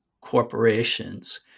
corporations